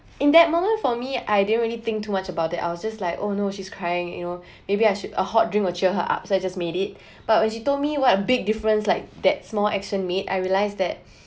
in that moment for me I didn't really think too much about that I was just like oh no she's crying you know maybe I should a hot drink will cheer her up so I just made it but when she told me what a big difference like that's small action made I realised that